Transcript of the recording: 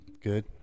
Good